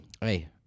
hey